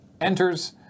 enters